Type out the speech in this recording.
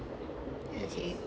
okay